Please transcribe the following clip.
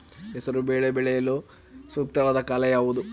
ಹೆಸರು ಬೇಳೆ ಬೆಳೆಯಲು ಸೂಕ್ತವಾದ ಕಾಲ ಯಾವುದು?